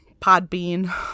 Podbean